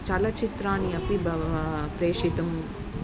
चलचित्राणि अपि बहवः प्रेषितुम्